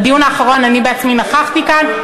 בדיון האחרון אני בעצמי נכחתי כאן,